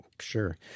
Sure